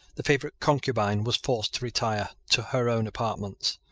the favourite concubine was forced to retire to her own apartments.